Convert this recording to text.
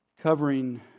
Covering